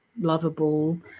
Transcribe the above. lovable